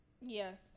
Yes